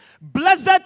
Blessed